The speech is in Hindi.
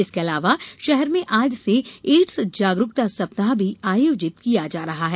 इसके अलावा शहर में आज से एड्स जागरूकता सप्ताह भी आयोजित किया जा रहा है